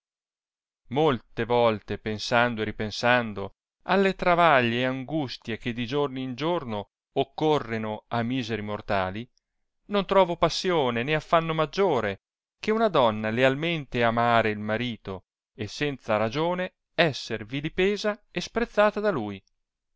molte volte pensando e ripensando alle travaglie e angustie che di giorno in giorno occorreno a miseri mortali non trovo passione né affanno maggiore che una donna lealmente amare il marito e senza ragione esser vilipesa e sprezzata da lui